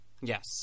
Yes